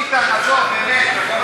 ביטן, עזוב באמת.